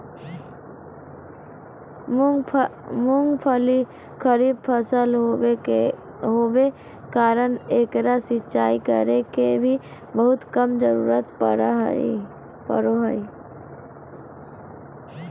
मूंगफली खरीफ फसल होबे कारण एकरा सिंचाई करे के भी बहुत कम जरूरत पड़ो हइ